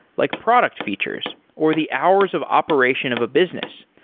like product features, or the hours of operation of a business.